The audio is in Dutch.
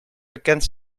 bekend